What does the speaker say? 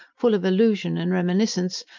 full of allusion and reminiscence,